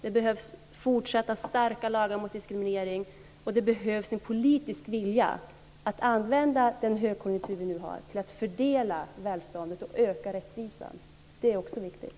Det behövs fortsatta starka lagar mot diskriminering, och det behövs en politisk vilja att använda den högkonjunktur vi nu har till att fördela välståndet och öka rättvisan. Det är också viktigt.